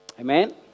Amen